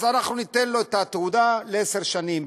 אנחנו ניתן לו את התעודה לעשר שנים,